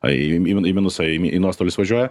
ei į į minusą imi į nuostolius važiuoja